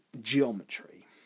geometry